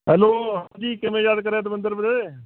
hello ਹਾਂਜੀ ਕਿਵੇਂ ਯਾਦ ਕਰਿਆ ਦਵਿੰਦਰ ਵੀਰੇ